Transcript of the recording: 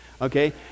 Okay